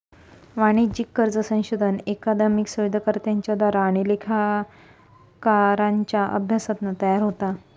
वाणिज्यिक कर्ज संशोधन अकादमिक शोधकर्त्यांच्या द्वारा आणि लेखाकारांच्या अभ्यासातून तयार होता